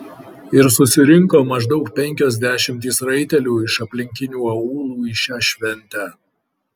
ir susirinko maždaug penkios dešimtys raitelių iš aplinkinių aūlų į šią šventę